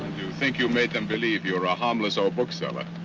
you think you've made them believe you're a harmless old bookseller.